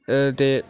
ते